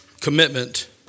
commitment